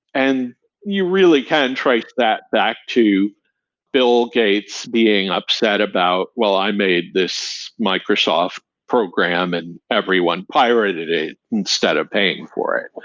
and you really can trace that back to bill gates being upset about, well, i made this microsoft program and everyone pirated it instead of paying for it.